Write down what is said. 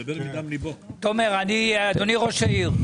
תומר, אדוני ראש העיר,